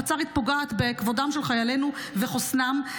הפצ"רית פוגעת בכבודם של חיילינו ובחוסנם,